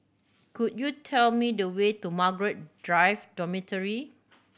could you tell me the way to Margaret Drive Dormitory